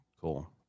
Cool